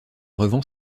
revend